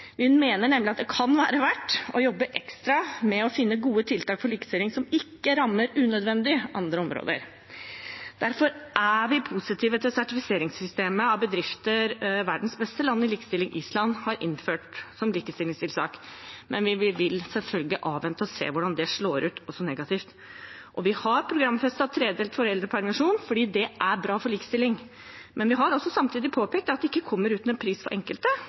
vi heller. Vi mener nemlig at det kan være verdt å jobbe ekstra med å finne gode tiltak for likestilling som ikke rammer andre områder unødvendig. Derfor er vi positive til sertifiseringssystemet for bedrifter som verdens beste land i likestilling, Island, har innført som likestillingstiltak. Men vi vil selvfølgelig avvente og se hvordan det slår ut også negativt. Vi har programfestet tredelt foreldrepermisjon, fordi det er bra for likestilling. Men vi har samtidig påpekt at det ikke kommer uten en pris for enkelte.